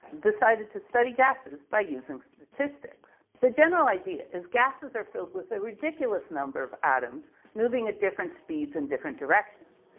decided to study gases by using statistics. the general idea is gases are filled with a ridiculous number of atoms moving at different speeds in different directions.